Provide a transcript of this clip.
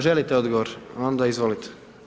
Želite odgovor, onda izvolite.